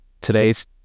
today's